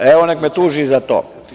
Evo, neka me tuži i za to.